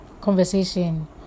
conversation